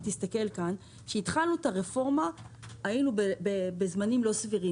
כשהתחלנו את הרפורמה היינו בזמנים לא סבירים